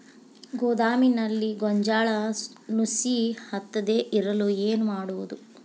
ಗೋದಾಮಿನಲ್ಲಿ ಗೋಂಜಾಳ ನುಸಿ ಹತ್ತದೇ ಇರಲು ಏನು ಮಾಡುವುದು?